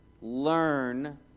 learn